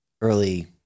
early